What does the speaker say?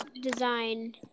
design